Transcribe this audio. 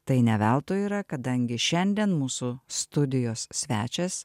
tai ne veltui yra kadangi šiandien mūsų studijos svečias